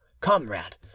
comrade